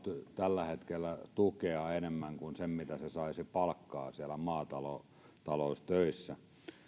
tällä hetkellä tukea enemmän kuin sen mitä hän saisi palkkaa siellä maataloustöissä